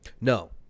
No